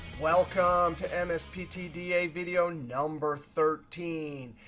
welcome to and msptda video number thirteen.